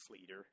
leader